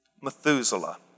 Methuselah